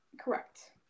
correct